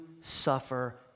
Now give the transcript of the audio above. suffer